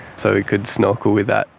so i could snorkel with that,